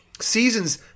Seasons